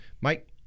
Mike